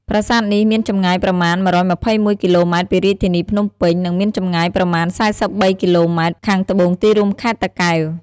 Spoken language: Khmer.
ប្រាសាទនេះមានចម្ងាយប្រមាណ ១២១ គីឡូម៉ែត្រពីរាជធានីភ្នំពេញ និងមានចម្ងាយប្រមាណ ៤៣គីឡូម៉ែត្រ ខាងត្បូងទីរួមខេត្តតាកែវ។